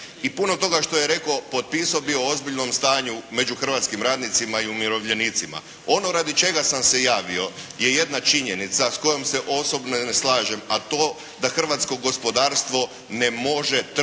i puno toga što je rekao potpisao bih ozbiljnom stanju među hrvatskim radnicima i umirovljenicima. Ono radi čega sam se javio je jedna činjenica s kojom se osobno ne slažem, a to da hrvatsko gospodarstvo ne može trpjeti